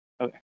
Okay